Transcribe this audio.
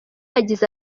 yagize